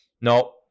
No